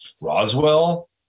Roswell